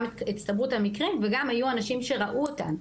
גם הצטברות המקרים וגם היו אנשים שראו אותן,